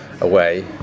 away